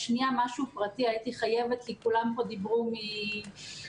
משהו פרטי, הייתי חייבת כי כולם פה דיברו מליבם.